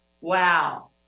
Wow